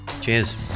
Cheers